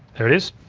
there it is.